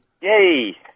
Yay